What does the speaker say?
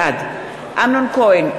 בעד אמנון כהן,